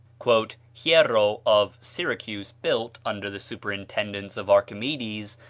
hiero of syracuse built, under the superintendence of archimedes,